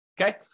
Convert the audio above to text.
Okay